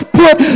put